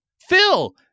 phil